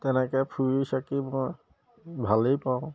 তেনেকৈ ফুৰি চাকি মই ভালেই পাওঁ